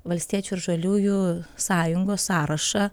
valstiečių ir žaliųjų sąjungos sąrašą